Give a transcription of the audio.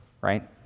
right